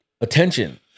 attention